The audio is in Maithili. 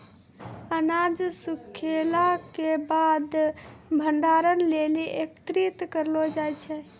अनाज सूखैला क बाद भंडारण लेलि एकत्रित करलो जाय छै?